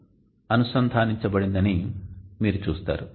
347 కు అనుసంధానించబడిందని మీరు చూస్తారు